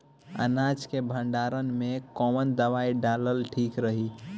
अनाज के भंडारन मैं कवन दवाई डालल ठीक रही?